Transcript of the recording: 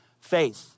faith